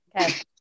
Okay